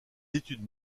études